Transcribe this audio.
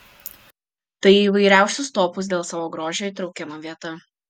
tai į įvairiausius topus dėl savo grožio įtraukiama vieta